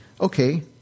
okay